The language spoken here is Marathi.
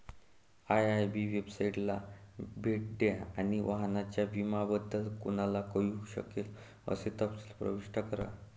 आय.आय.बी वेबसाइटला भेट द्या आणि वाहनाच्या विम्याबद्दल कोणाला कळू शकेल असे तपशील प्रविष्ट करा